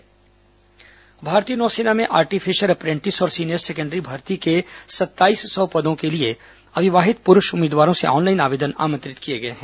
भारतीय नौसेना भर्ती भारतीय नौसेना में आर्टिफिशर अप्रेंटिस और सीनियर सेकण्डरी भर्ती के सत्ताईस सौ पदों के लिए अविवाहित पुरूष उम्मीदवारों से ऑनलाइन आवेदन आमंत्रित किए गए हैं